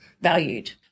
valued